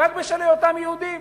רק בשל היותם יהודים.